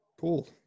Cool